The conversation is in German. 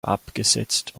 abgesetzt